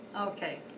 Okay